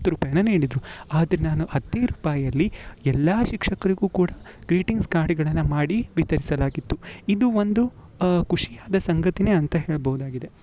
ಇಪ್ಪತ್ತು ರೂಪಾಯನ್ನು ನೀಡಿದರು ಆದರೆ ನಾನು ಹತ್ತೇ ರುಪಾಯಲ್ಲಿ ಎಲ್ಲಾ ಶಿಕ್ಷಕರಿಗು ಕೂಡ ಗ್ರೀಟಿಂಗ್ಸ್ ಕಾರ್ಡ್ಗಳನ್ನು ಮಾಡಿ ವಿತರಿಸಲಾಗಿತ್ತು ಇದು ಒಂದು ಖುಷಿಯಾದ ಸಂಗತಿನೆ ಅಂತ ಹೇಳ್ಬೋದು ಆಗಿದೆ